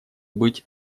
быть